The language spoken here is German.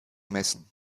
messen